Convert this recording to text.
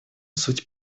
суть